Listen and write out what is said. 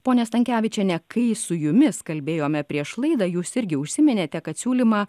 ponia stankevičiene kai su jumis kalbėjome prieš laidą jūs irgi užsiminėte kad siūlymą